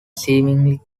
seemingly